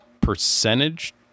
percentage